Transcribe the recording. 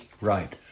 right